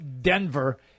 Denver